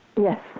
yes